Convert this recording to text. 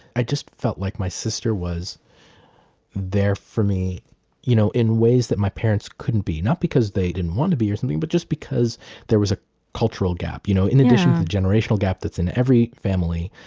i just felt like my sister was there for me you know in ways that my parents couldn't be, not because they didn't want to be or something, but just because there was a cultural gap. you know in addition to the generational gap that's in every family,